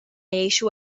jgħixu